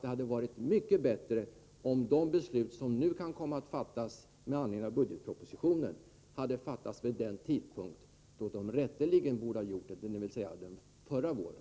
Det hade varit mycket bättre om de beslut som nu kan komma att fattas med anledning av budgetpropositionen hade fattats vid den tidpunkt då de rätteligen borde ha fattats, dvs. under förra våren.